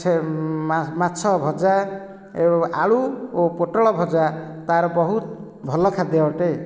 ମାଛ ଭଜା ଏବଂ ଆଳୁ ଓ ପୋଟଳ ଭଜା ତା ର ବହୁତ ଭଲ ଖାଦ୍ୟ ଅଟେ